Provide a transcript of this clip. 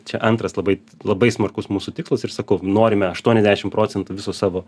čia antras labai labai smarkus mūsų tikslas ir sakau norime aštuoniasdešim procentų viso savo